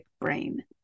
brain